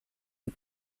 the